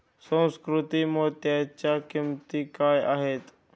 सुसंस्कृत मोत्यांच्या किंमती काय आहेत